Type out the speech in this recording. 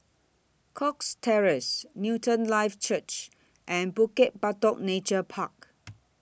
Cox Terrace Newton Life Church and Bukit Batok Nature Park